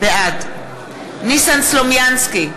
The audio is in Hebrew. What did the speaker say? בעד ניסן סלומינסקי,